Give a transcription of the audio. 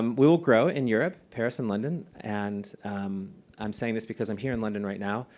um we'll grow in europe, paris, and london, and i'm saying this because i'm here in london right now.